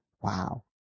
Wow